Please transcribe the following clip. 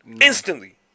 Instantly